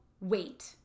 wait